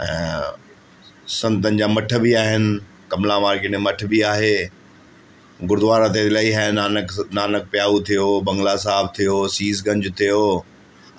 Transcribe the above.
ऐं संतनि जा मठ बि आहिनि कमला मार्किट में मठ बि आहे गुरुद्वारा त इलाही आहिनि नानक नानक प्याऊ थी वियो बंगला साहिबु थी वियो सीसगंज थी वियो